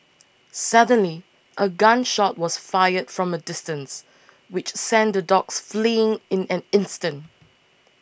suddenly a gun shot was fired from a distance which sent the dogs fleeing in an instant